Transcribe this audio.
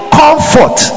comfort